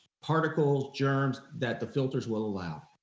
particles, germs that the filters will allow.